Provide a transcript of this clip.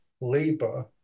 labour